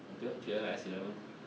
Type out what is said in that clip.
okay lor 去 ayer ice eleven lor